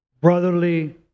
brotherly